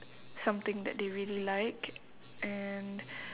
something that they really like and